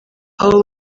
abo